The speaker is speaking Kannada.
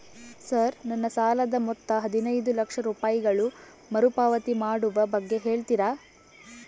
ಸರ್ ನನ್ನ ಸಾಲದ ಮೊತ್ತ ಹದಿನೈದು ಲಕ್ಷ ರೂಪಾಯಿಗಳು ಮರುಪಾವತಿ ಮಾಡುವ ಬಗ್ಗೆ ಹೇಳ್ತೇರಾ?